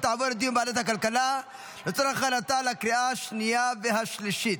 ותעבור לדיון בוועדת הכלכלה לצורך הכנתה לקריאה השנייה והשלישית.